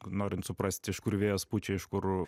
norint suprasti iš kur vėjas pučia iš kur